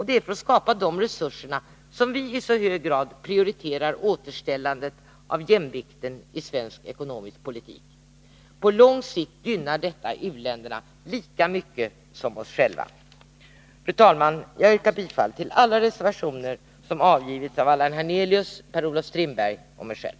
Det är för att skapa de resurserna som vi i så hög grad prioriterar återställandet av jämvikten i svensk ekonomisk politik. På lång sikt gynnar detta u-länderna lika mycket som oss själva. Fru talman! Jag yrkar bifall till alla reservationer som avgivits av Allan Hernelius, Per-Olof Strindberg och mig själv.